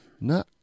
No